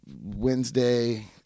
Wednesday